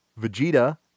Vegeta